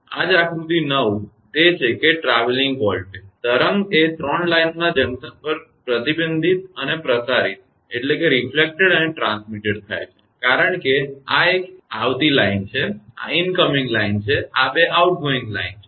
આથી જ આકૃતિ 9 તે છે કે ટ્રાવેલિંગ વોલ્ટેજ તરંગ એ 3 લાઇનોના જંકશન પર પ્રતિબિંબિત અને પ્રસારિત થાય છે કારણ કે આ એક ઇનકમિંગઆવતી લાઇન છે આ ઇનકમિંગ લાઇન છે અને આ 2 આઉટગોઇંગજતી લાઈન છે